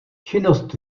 činnost